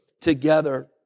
together